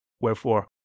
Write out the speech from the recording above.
Wherefore